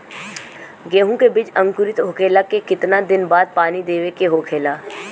गेहूँ के बिज अंकुरित होखेला के कितना दिन बाद पानी देवे के होखेला?